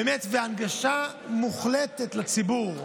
באמת, והנגשה מוחלטת לציבור.